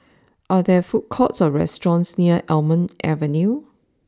are there food courts or restaurants near Almond Avenue